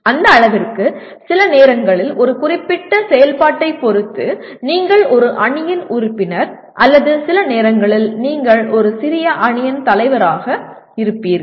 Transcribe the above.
அந்த அளவிற்கு சில நேரங்களில் ஒரு குறிப்பிட்ட செயல்பாட்டைப் பொறுத்து நீங்கள் ஒரு அணியின் உறுப்பினர் அல்லது சில நேரங்களில் நீங்கள் ஒரு சிறிய அணியின் தலைவராக இருப்பீர்கள்